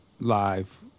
live